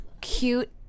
Cute